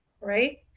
right